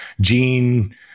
Gene